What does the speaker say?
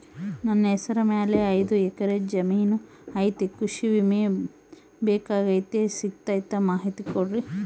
ನನ್ನ ಹೆಸರ ಮ್ಯಾಲೆ ಐದು ಎಕರೆ ಜಮೇನು ಐತಿ ಕೃಷಿ ವಿಮೆ ಬೇಕಾಗೈತಿ ಸಿಗ್ತೈತಾ ಮಾಹಿತಿ ಕೊಡ್ರಿ?